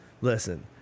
listen